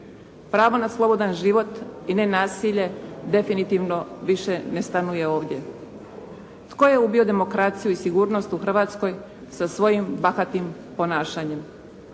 Pravo na slobodan život i nenasilje definitivno više ne stanuje ovdje. Tko je ubio demokraciju i sigurnost u Hrvatskoj sa svojim bahatim ponašanjem?